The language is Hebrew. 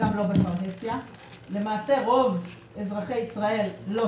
במדינת ישראל.